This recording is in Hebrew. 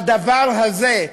הדבר הזה,